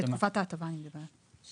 בתקופת ההטבה אני מדברת.